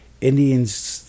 Indians